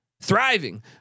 thriving